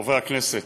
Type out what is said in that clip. חברי הכנסת,